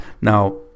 Now